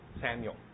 Samuel